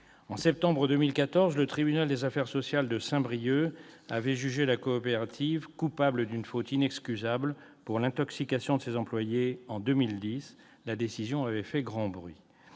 En septembre 2014, le tribunal des affaires de sécurité sociale de Saint-Brieuc avait jugé la coopérative coupable d'une faute inexcusable pour l'intoxication de ses employés en 2010. La décision avait fait grand bruit.